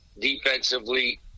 defensively